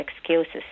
excuses